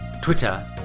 Twitter